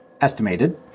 estimated